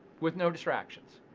with no distractions.